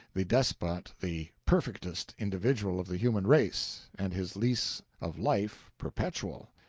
the despot the perfectest individual of the human race, and his lease of life perpetual.